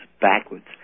backwards